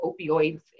opioids